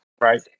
right